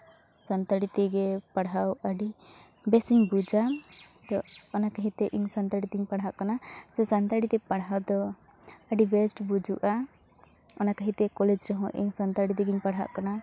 ᱥᱟᱱᱛᱟᱲᱤ ᱛᱮᱜᱮ ᱯᱟᱲᱦᱟᱣ ᱟᱹᱰᱤ ᱵᱮᱥᱤᱧ ᱵᱩᱡᱟ ᱤᱧ ᱚᱱᱟ ᱠᱷᱟᱹᱛᱤᱨ ᱛᱮ ᱤᱧ ᱥᱟᱱᱛᱟᱲᱤ ᱛᱮᱧ ᱯᱟᱲᱦᱟᱜ ᱠᱟᱱᱟ ᱥᱮ ᱥᱟᱱᱛᱟᱲᱤ ᱛᱮ ᱯᱟᱲᱦᱟᱣ ᱫᱚ ᱟᱹᱰᱤ ᱵᱮᱹᱥᱴ ᱵᱩᱡᱩᱜᱼᱟ ᱚᱱᱟ ᱠᱷᱟᱹᱛᱤᱨ ᱛᱮ ᱠᱚᱞᱮᱡᱽ ᱨᱮᱦᱚᱸ ᱤᱧ ᱥᱟᱱᱛᱟᱲᱤ ᱛᱮᱜᱮᱧ ᱯᱟᱲᱦᱟᱜ ᱠᱟᱱᱟ